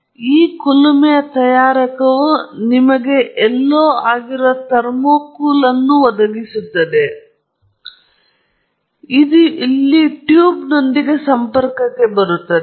ಹಾಗಾಗಿ ಈ ಕುಲುಮೆಯ ತಯಾರಕವು ನಿಮಗೆ ಎಲ್ಲಿಯೂ ಇಲ್ಲಿ ಎಲ್ಲೋ ಆಗಿರುವ ಥರ್ಮೋಕೂಲ್ ಅನ್ನು ಒದಗಿಸುತ್ತದೆ ಇದು ಎಲ್ಲೋ ಇಲ್ಲಿಂದ ಪ್ರವೇಶಿಸುತ್ತದೆ ಮತ್ತು ಇದು ಇಲ್ಲಿ ಟ್ಯೂಬ್ನೊಂದಿಗೆ ಸಂಪರ್ಕಕ್ಕೆ ಬರುತ್ತದೆ